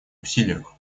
усилиях